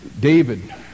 David